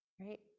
right